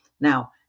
Now